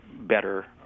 better